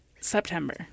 September